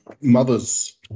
mother's